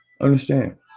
understand